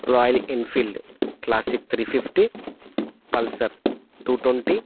Royal Enfield classic three fifty pulsar two twenty